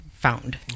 found